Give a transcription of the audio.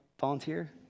volunteer